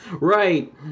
Right